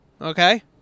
okay